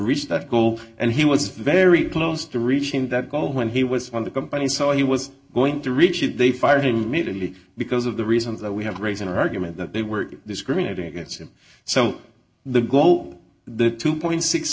reach that goal and he was very close to reaching that goal when he was on the company so he was going to reach it they fired him merely because of the reasons that we have raised an argument that they were discriminating against him so the goal the two